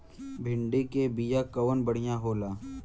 भिंडी के बिया कवन बढ़ियां होला?